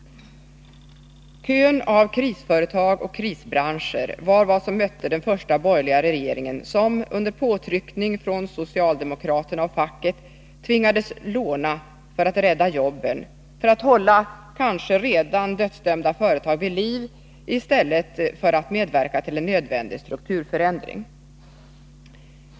Kön av krisföretag och krisbranscher var vad som mötte den första borgerliga regeringen, som under påtryckning från socialdemokraterna och facket tvingades låna för att rädda jobben, och för att hålla kanske redan dödsdömda företag vid liv i stället för att medverka till en nödvändig strukturförändring.